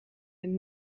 een